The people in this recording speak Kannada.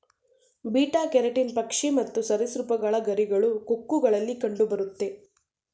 ಬೀಟಾ ಕೆರಟಿನ್ ಪಕ್ಷಿ ಮತ್ತು ಸರಿಸೃಪಗಳ ಗರಿಗಳು, ಕೊಕ್ಕುಗಳಲ್ಲಿ ಕಂಡುಬರುತ್ತೆ